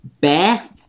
bear